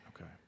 Okay